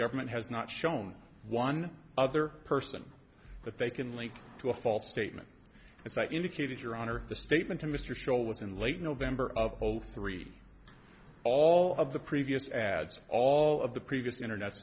government has not shown one other person that they can link to a false statement as i indicated your honor the statement to mr show was in late november of zero three all of the previous ads all of the previous internet